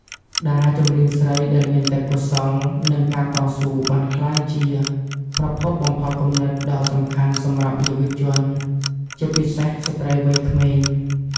តារាចម្រៀងស្រីដែលមានទេពកោសល្យ និងការតស៊ូ បានក្លាយជា ប្រភពបំផុសគំនិត ដ៏សំខាន់សម្រាប់យុវជន ជាពិសេសស្ត្រីវ័យក្មេង។